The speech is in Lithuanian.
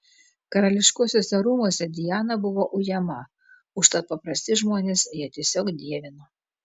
karališkuosiuose rūmuose diana buvo ujama užtat paprasti žmonės ją tiesiog dievino